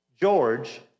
George